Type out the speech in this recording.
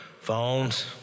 phones